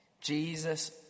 Jesus